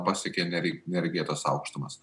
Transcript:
pasiekė nere neregėtas aukštumas